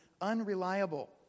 unreliable